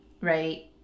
right